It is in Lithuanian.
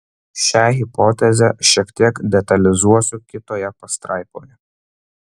šią hipotezę šiek tiek detalizuosiu kitoje pastraipoje